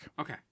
Okay